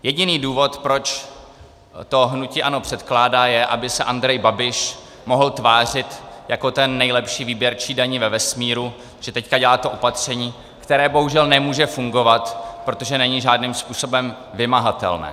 Jediný důvod, proč to hnutí ANO předkládá, je, aby se Andrej Babiš mohl tvářit jako ten nejlepší výběrčí daní ve vesmíru, že teď dělá to opatření, které bohužel nemůže fungovat, protože není žádným způsobem vymahatelné.